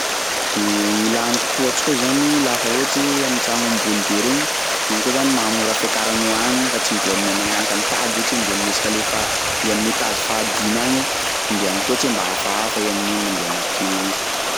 De gny ilà ny tohatry koa zany lafa ohatsy hoe am'tsagno ambony be regny igny koa zany mahamora fiakaranao agny igny fa tsy mitovy amin'iha magnanika am'tady ohatsy hoe ndeha amin'ny escalier fa andeha amin'ny étage fahadimy agny iha andeha am'tohatry hoe mba hafahafa iha amin'igny mandeha miakatry magnany.